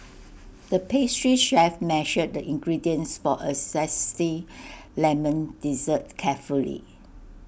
the pastry chef measured the ingredients for A Zesty Lemon Dessert carefully